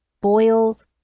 boils